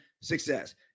success